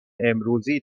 امروزی